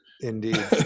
Indeed